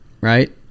Right